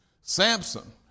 Samson